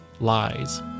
lies